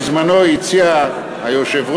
שבזמנו הציע היושב-ראש,